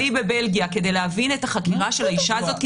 בבלגיה כדי להבין את החקירה של האישה הזאת,